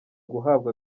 guhabwa